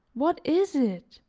what is it?